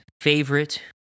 favorite